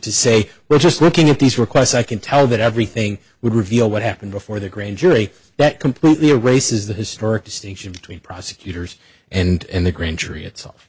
to say well just looking at these requests i can tell that everything would reveal what happened before the grand jury that completely or races the historic distinction between prosecutors and the grand jury itself